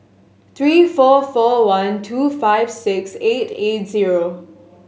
three four four one two five six eight eight zero